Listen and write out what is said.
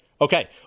Okay